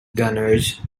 gunners